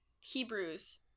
Hebrews